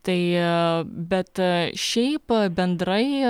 tai bet šiaip bendrai